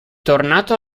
tornato